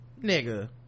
nigga